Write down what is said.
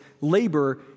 labor